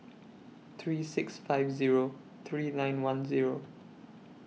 three six five Zero three nine one Zero